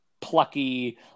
plucky